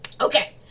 Okay